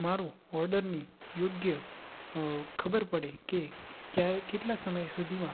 મારો ઓર્ડરની યોગ્ય ખબર પડે કે ક્યારે કેટલા સમય સુધીમાં